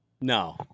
No